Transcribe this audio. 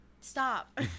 stop